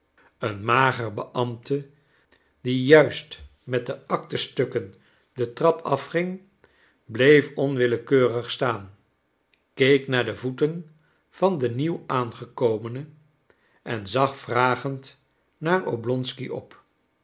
een mager beambte die juist met de actestukken de trap afging bleef onwillekeurig staan keek naar de voeten van den nieuw aangekomene en zag vragend naar oblonsky op